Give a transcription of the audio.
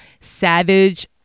Savage